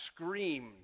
screamed